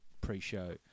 pre-show